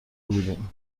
بودیم